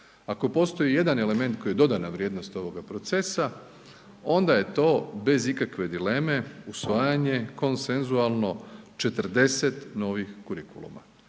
Ako postoji jedan element koji je dodana vrijednost ovoga procesa onda je bez ikakve dileme usvajanje konsensualno 40 novih kurikuluma,